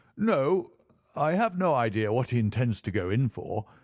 no i have no idea what he intends to go in for.